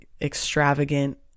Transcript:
extravagant